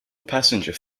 passenger